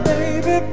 Baby